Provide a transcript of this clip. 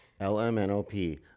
LMNOP